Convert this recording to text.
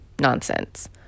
nonsense